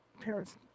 parents